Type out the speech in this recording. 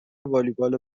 والیبال